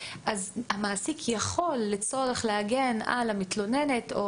המעסיק יכול לצורך הגנה על המתלוננת או